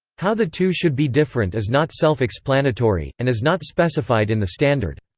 how the two should be different is not self-explanatory, and is not specified in the standard.